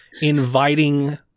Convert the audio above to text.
inviting